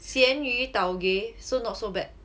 咸鱼 tau gay so not so bad